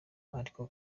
ariko